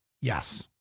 Yes